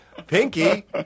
pinky